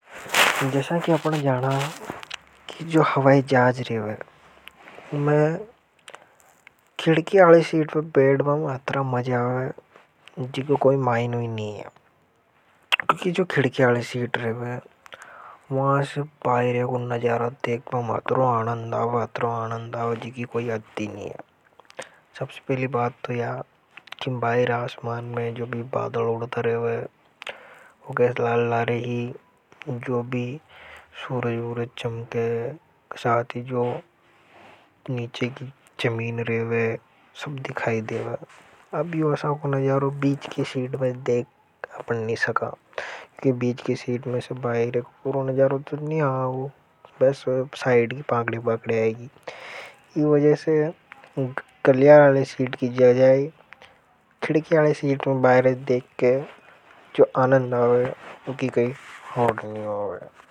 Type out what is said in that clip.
जैसा कि आपने जाना कि जो हवाई जाज रेवे उमे मैं खिड़की आले सीट पर बेड़ में हम अत्रा मजा आवे जिको कोई माई नहीं। क्योंकि जो खिड़के आले सीट रहे हैं वहां से बाहरे को नजारा देख पर अत्रों आनंद आाव आत्रों आनंदाव जी की कोई हद्दी नहीं है। अब सबसे पहली बात तो या कि बाहरे आसमान में जो भी बादल उड़ता रहे हैं वह गैस लाल ला रही है जो भी सूरज चमके के साथ ही जो नीचे की चमीन रहे हैं सब दिखाई देव।